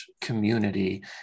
community